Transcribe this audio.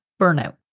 burnout